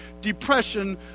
depression